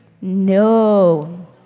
no